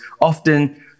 often